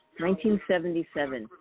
1977